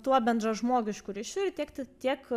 tuo bendražmogišku ryšiu ir tiekti tiek